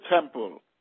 temple